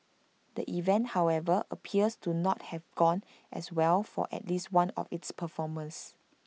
the event however appears to not have gone as well for at least one of its performers